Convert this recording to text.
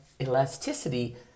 elasticity